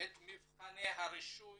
את מבחני הרישוי